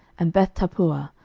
and bethtappuah,